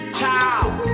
child